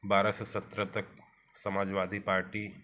बारह से सत्रह तक समाजवादी पार्टी